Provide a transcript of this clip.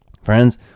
Friends